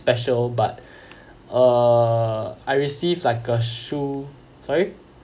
special but err I received like a shoe sorry